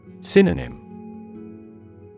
Synonym